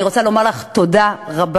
ואני רוצה לומר לך תודה רבה.